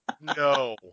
No